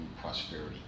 prosperity